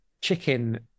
chicken